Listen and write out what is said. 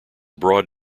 broad